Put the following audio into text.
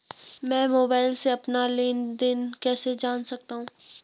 मैं मोबाइल से अपना लेन लेन देन कैसे जान सकता हूँ?